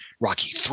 Rocky